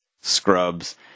Scrubs